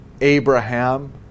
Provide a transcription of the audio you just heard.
Abraham